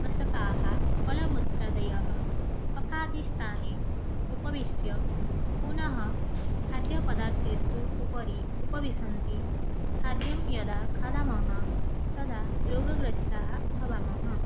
मषकाः मलमूत्रदयः उपरिस्थाने उपविष्य पुनः खाद्यपदार्थेषु उपरि उपविशन्ति खाद्यं यदा खादामः तदा रोगग्रस्ताः भवामः